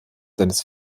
seines